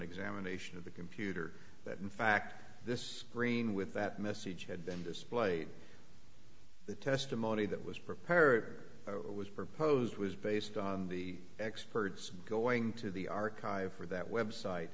examination of the computer that in fact this green with that message had been displayed the testimony that was prepared what was proposed was based on the experts going to the archive for that website